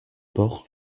bords